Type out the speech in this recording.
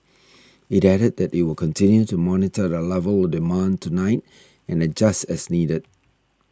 it added that it will continue to monitor the level of demand tonight and adjust as needed